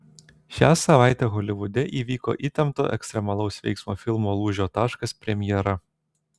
šią savaitę holivude įvyko įtempto ekstremalaus veiksmo filmo lūžio taškas premjera